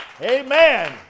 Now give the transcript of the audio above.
Amen